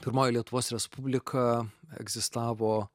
pirmoji lietuvos respublika egzistavo